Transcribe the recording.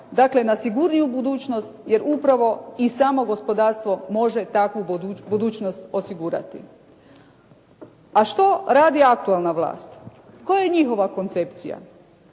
dakle na sigurniju budućnost jer upravo i samo gospodarstvo može takvu budućnost osigurati. A što radi aktualna vlast? Koja je njihova koncepcija?